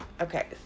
Okay